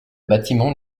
bâtiment